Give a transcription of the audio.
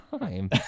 time